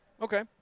Okay